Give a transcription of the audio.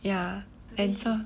ya and